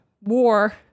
war